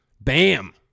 Bam